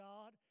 God